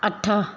अठ